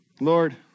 Lord